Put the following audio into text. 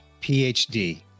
PhD